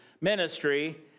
ministry